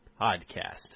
Podcast